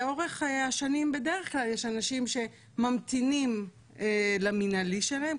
לאורך השנים בדרך כלל יש אנשים שממתינים למינהלי שלהם,